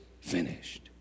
finished